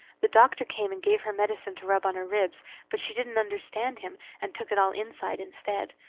the doctor came and gave her medicine to rub on her ribs but she didn't under stand him and took it all inside instead.